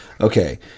Okay